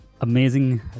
amazing